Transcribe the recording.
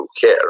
care